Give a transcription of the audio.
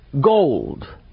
gold